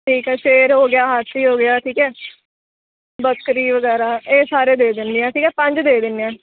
ਠੀਕ ਹੈ ਸ਼ੇਰ ਹੋ ਗਿਆ ਹਾਥੀ ਹੋ ਗਿਆ ਠੀਕ ਹੈ ਬੱਕਰੀ ਵਗੈਰਾ ਇਹ ਸਾਰੇ ਦੇ ਦਿੰਦੀ ਹਾਂ ਠੀਕ ਹੈ ਪੰਜ ਦੇ ਦਿੰਦੇ ਹਾਂ